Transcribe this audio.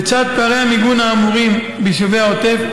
לצד פערי המיגון האמורים ביישובי העוטף,